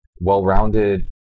well-rounded